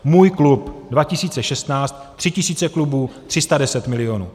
Můj klub 2016, tři tisíce klubů, 310 milionů;